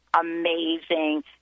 amazing